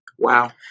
Wow